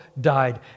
died